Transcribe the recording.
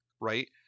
right